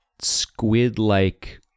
squid-like